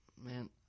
Man